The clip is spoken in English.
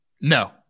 no